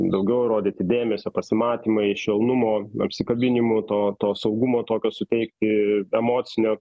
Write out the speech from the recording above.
daugiau rodyti dėmesio pasimatymai švelnumo apsikabinimų to to saugumo tokio suteikti emocinio